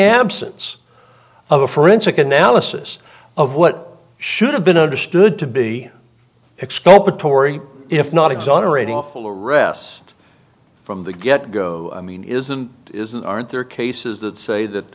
absence of a forensic analysis of what should have been understood to be exculpatory if not exonerating awful rest from the get go i mean isn't isn't aren't there cases that say that